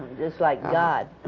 just like god.